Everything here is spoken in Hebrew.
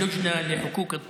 (חוזר על הדברים בערבית.)